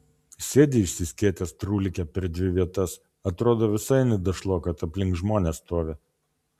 sėdi išsiskėtęs trūlike per dvi vietas atrodo visai nedašlo kad aplink žmones stovi